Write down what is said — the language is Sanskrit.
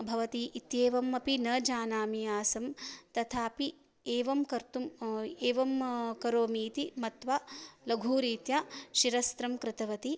भवति इत्येवमपि न जानामि आसं तथापि एवं कर्तुम् एवं करोमि इति मत्वा लघुरीत्या शिरस्त्रं कृतवती